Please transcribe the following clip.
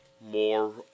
more